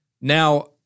Now